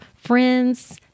friends